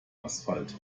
asphalt